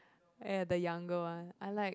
ah ya the younger one I like